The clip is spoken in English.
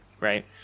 Right